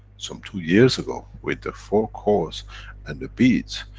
some two years ago, with the four cores and the beads,